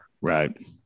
right